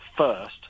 first